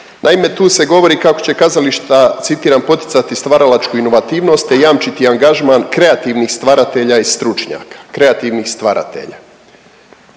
naime tu se govori kako će kazališta, citiram, poticati stvaralačku inovativnost, te jamčiti angažman kreativnih stvaratelja i stručnjaka,